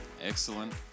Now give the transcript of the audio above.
Excellent